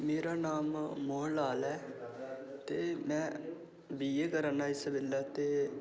मेरा नांऽ मोहन लाल ऐ ते में बी ए करा ना इस बेल्लै ते